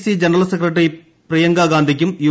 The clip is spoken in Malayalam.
സി ജനറൽ സെക്രട്ടറി പ്രിയങ്കാ ഗാന്ധിക്കും യു